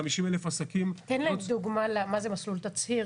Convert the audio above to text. תן דוגמה מה זה מסלול תצהיר,